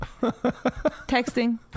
texting